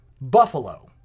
Buffalo